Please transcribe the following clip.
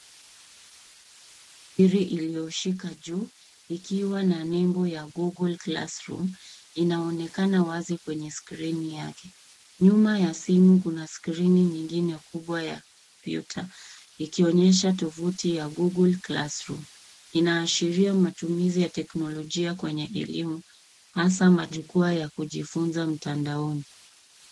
Simu mahiri iliyoshika juu ikiwa na nembo ya google classroom , Inaonekana wazi kwanye skrini yake. Nyuma ya simu kuna skrini nyingine kubwa ya komputa, ikionyesha tovuti ya google classroom . Inaashiria matumizi ya teknolojia kwenye elimu, hasa majukwaa ya kujifunza mtandaoni.